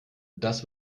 das